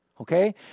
okay